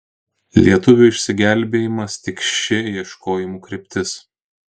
lietuvių išsigelbėjimas tik ši ieškojimų kryptis